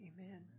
Amen